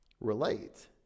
relate